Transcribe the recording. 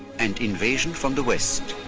and invasion from the west.